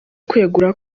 kwegura